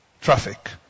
traffic